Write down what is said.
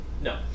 no